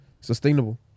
sustainable